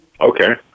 Okay